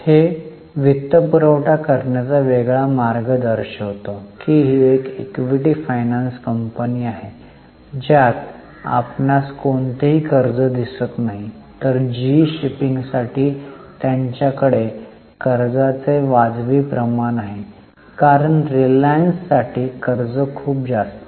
हे वित्तपुरवठा करण्याचा वेगळा मार्ग दर्शवितो की ही एक इक्विटी फायनान्स कंपनी आहे ज्यात आपणास कोणतेही कर्ज दिसत नाही तर जीई शिपिंगसाठी त्यांच्याकडे कर्जाचे वाजवी प्रमाण आहे कारण रिलायन्स साठी कर्ज खूप जास्त आहे